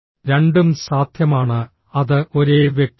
രണ്ടും സാധ്യമാണ് അത് ഒരേ വ്യക്തിയാണ്